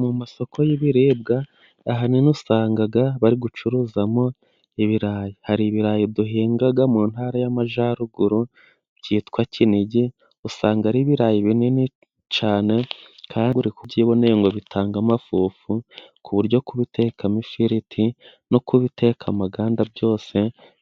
Mu masoko y'ibiribwa ahanini usanga bari gucuruzamo ibirayi, hari ibirayi duhinga mu Ntara y'Amajyaruguru byitwa kinigi. Usanga ari ibirayi binini cyane kandi kubyiboneye ngo bitanga amafufu ku buryo kubitekamo ifiriti no kubiteka amaganda byose